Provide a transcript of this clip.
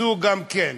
זו גם כן".